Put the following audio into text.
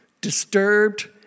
disturbed